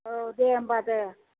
औ दे होनबा दे